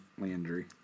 Landry